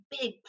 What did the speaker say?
big